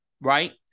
right